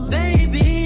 baby